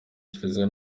kiliziya